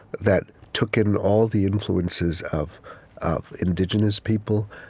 that took in all of the influences of of indigenous people,